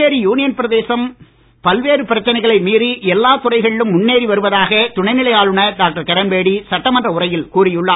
Puducherry union பிரதேசம் பல்வேறு பிரச்சனைகளை மீறி எல்லாத் துறைகளிலும் முன்னேறி வருவதாக துணைநிலை ஆளுநர் டாக்டர் கிரண்பேடி சட்டமன்ற உரையில் கூறியுள்ளார்